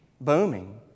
Booming